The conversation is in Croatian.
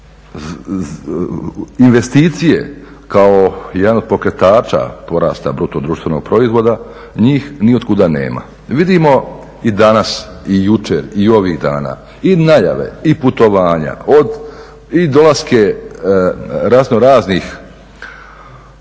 Investicije kao jedan od pokretača porasta bruto društvenog proizvoda njih niotkuda nema. Vidimo i danas, i jučer i ovih dana i najave, i putovanja od, i dolaske razno raznih